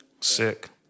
Sick